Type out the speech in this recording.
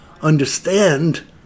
understand